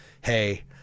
Hey